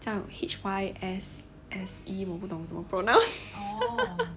叫 H Y S S E 我不懂怎么 pronounce